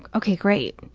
okay, great.